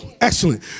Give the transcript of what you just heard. excellent